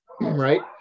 Right